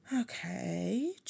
Okay